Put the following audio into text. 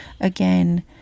again